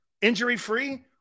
injury-free